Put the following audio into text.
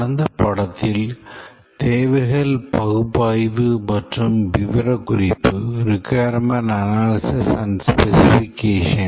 கடந்த பாடத்தில் தேவைகள் பகுப்பாய்வு மற்றும் விவரக்குறிப்பு பற்றி விவாதித்தோம்